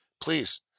Please